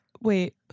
wait